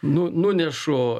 nu nunešu